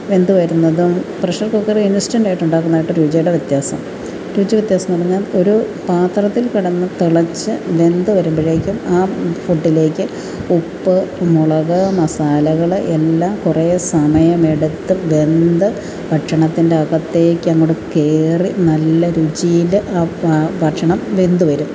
വെന്ത് വരുന്നതും പ്രഷർ കുക്കറിൽ ഇൻസ്റ്റൻ്റായിട്ടുണ്ടാക്കുന്നതുമായിട്ട് രുചിയുടെ വ്യത്യാസം രുചി വ്യത്യാസം എന്നു പറഞ്ഞാൽ ഒരു പാത്രത്തിൽ കിടന്ന് തിളച്ച് വെന്ത് വരുമ്പോഴേക്കും ആ ഫുഡിലേക്ക് ഉപ്പ് മുളക് മസാലകൾ എല്ലാം കുറേ സമയമെടുത്ത് വെന്ത് ഭക്ഷണത്തിൻ്റകത്തേക്ക് അങ്ങോട്ട് കയറി നല്ല രുചിയിൽ ആ ഭക്ഷണം വെന്ത് വരും